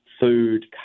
food